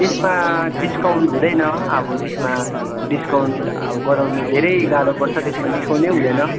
त्यसमा डिस्काउन्ट हुँदैन अब त्यसमा डिस्काउन्ट अब गराउनु धेरै गाह्रो पर्छ त्यसमा डिस्काउन्ट नै हुँदैन